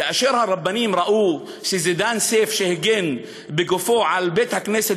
כאשר הרבנים ראו שזידאן סייף הגן בגופו על בית-הכנסת